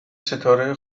ستاره